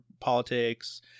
politics